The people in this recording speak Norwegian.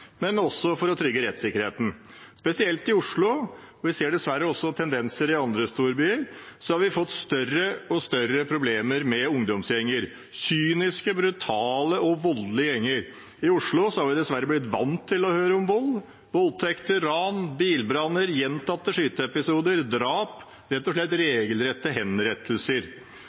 for folk flest og for å trygge rettssikkerheten. Spesielt i Oslo, men vi ser dessverre tendenser også i andre storbyer, har vi fått større og større problemer med ungdomsgjenger, kyniske, brutale og voldelige gjenger. I Oslo har vi dessverre blitt vant til å høre om vold, voldtekter, ran, bilbranner, gjentatte skyteepisoder, drap og rett og slett regelrette henrettelser.